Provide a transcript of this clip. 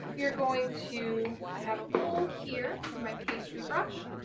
we are going to, i have a bowl here, my pastry brush,